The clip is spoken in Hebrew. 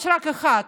יש רק אחד.